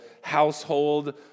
household